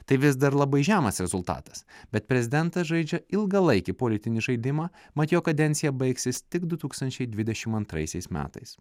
tai vis dar labai žemas rezultatas bet prezidentas žaidžia ilgalaikį politinį žaidimą mat jo kadencija baigsis tik du tūkstančiai dvidešimt antraisiais metais